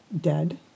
dead